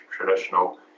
traditional